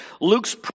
Luke's